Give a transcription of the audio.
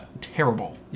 terrible